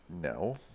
no